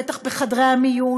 בטח בחדרי המיון,